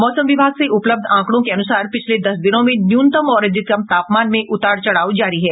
मौमस विभाग से उपलब्ध आकड़ों के अनुसार पिछले दस दिनों में न्यूनतम और अधिकतम तापमान में उतार चढ़ाव जारी है